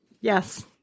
yes